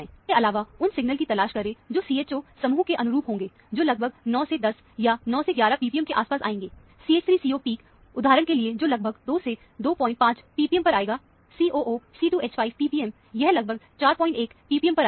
इसके अलावा उन सिग्नल की तलाश करें जो CHO समूह के अनुरूप होंगे जो लगभग 9 से 10 या 9 से 11 ppm के आसपास आएंगे CH3CO पिक उदाहरण के लिए जो लगभग 2 से 25 ppm पर आएगा COOC2H5 ppm यह लगभग 41 ppm पर आएगा